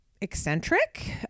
eccentric